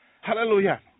Hallelujah